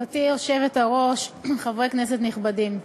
גברתי היושבת-ראש, חברי כנסת נכבדים,